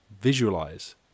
visualize